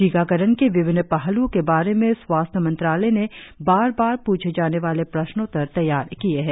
टीकाकरण के विभिन्न पहल्ओं के बारे में स्वास्थ मंत्रालय ने बार बार प्रछे जाने वाले प्रश्नोत्तर तैयार किये हैं